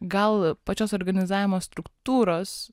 gal pačios organizavimo struktūros